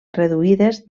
reduïdes